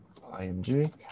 img